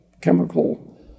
chemical